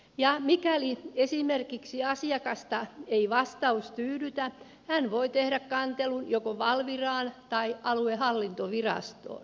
ja mikäli esimerkiksi asiakasta ei vastaus tyydytä hän voi tehdä kantelun joko valviraan tai aluehallintovirastoon